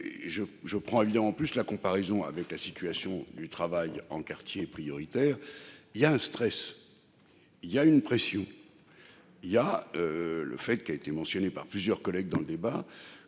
je prends évident en plus la comparaison avec la situation du travail en quartiers prioritaires. Il y a un stress. Il y a une pression. Il y a. Le fait qu'il a été mentionné par plusieurs collègues dans le débat